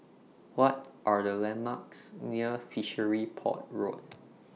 What Are The landmarks near Fishery Port Road